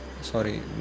sorry